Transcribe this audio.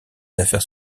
affaires